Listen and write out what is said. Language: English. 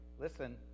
Listen